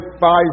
five